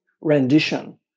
rendition